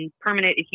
permanent